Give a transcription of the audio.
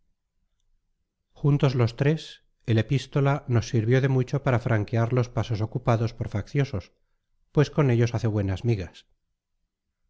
juntos los tres el epístola nos sirvió de mucho para franquear los pasos ocupados por facciosos pues con ellos hace buenas migas